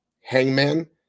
Hangman